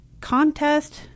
contest